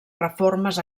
reformes